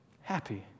happy